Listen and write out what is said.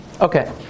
Okay